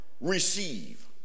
receive